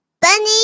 bunny